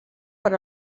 per